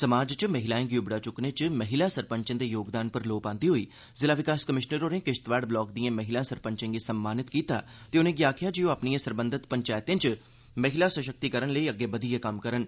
समाज च महिलाएं गी उबड़ा चुक्कने च महिला सरपंचें दे योगदान पर लोऽ पांदे होई जिला विकास कमिशनर होरें किश्तवाड़ ब्लाक दिएं महिला सरपंचें गी सम्मानित कीता ते उनें'गी आखेआ जे ओह् अपनिएं सरबंधत पंचैतें च महिला सशक्तिकरण लेई अग्गे बधियै कम्म करन